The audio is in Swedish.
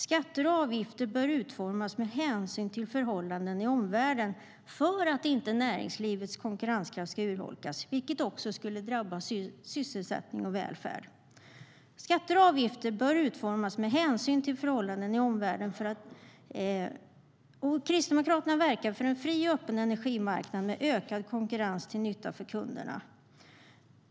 Skatter och avgifter bör utformas med hänsyn till förhållanden i omvärlden för att inte näringslivets konkurrenskraft ska urholkas, vilket också skulle drabba sysselsättning och välfärd. Kristdemokraterna verkar för en fri och öppen energimarknad med ökad konkurrens till nytta för kunderna.